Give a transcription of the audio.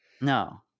No